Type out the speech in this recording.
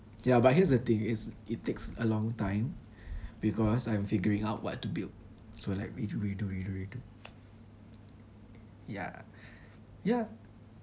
ya but here's the thing it's it takes a long time because I'm figuring out what to build so like redo redo redo redo ya ya